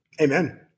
Amen